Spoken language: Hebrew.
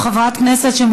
או חברת כנסת,